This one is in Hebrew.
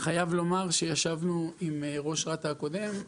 אני חייב לומר שישבנו עם ראש רת"א הקודם,